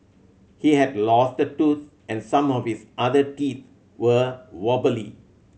he had lost a tooth and some of his other teeth were wobbly